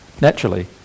naturally